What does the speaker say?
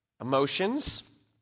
emotions